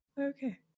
Okay